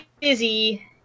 busy